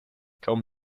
kaum